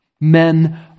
Men